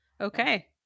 okay